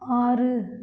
ஆறு